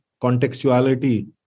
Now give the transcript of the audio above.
contextuality